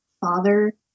father